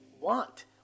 want